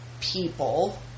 people